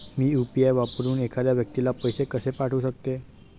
मी UPI वापरून एखाद्या व्यक्तीला पैसे कसे पाठवू शकते?